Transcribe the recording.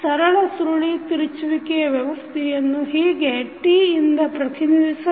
ಸರಳ ಸುರುಳಿ ತಿರುಚುವಿಕೆ ವ್ಯವಸ್ಥೆಯನ್ನು ಹೀಗೆ T ಯಿಂದ ಪ್ರತಿನಿಧಿಸಬಹುದು